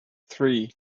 three